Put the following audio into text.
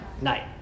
night